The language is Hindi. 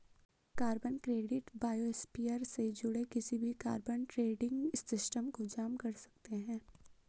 कार्बन क्रेडिट बायोस्फीयर से जुड़े किसी भी कार्बन ट्रेडिंग सिस्टम को जाम कर सकते हैं